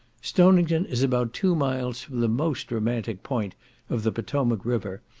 stonington is about two miles from the most romantic point of the potomac river,